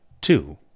Two